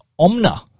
Omna